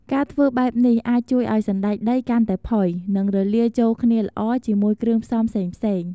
ការធ្វើបែបនេះអាចជួយឱ្យសណ្ដែកដីកាន់តែផុយ និងរលាយចូលគ្នាល្អជាមួយគ្រឿងផ្សំផ្សេងៗ។